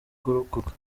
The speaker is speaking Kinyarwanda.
kurokoka